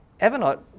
Evernote